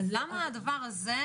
למה הדבר הזה,